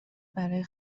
برای